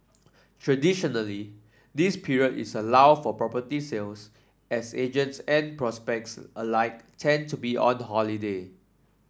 traditionally this period is a lull for property sales as agents and prospects alike tend to be on the holiday